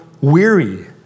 weary